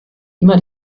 immer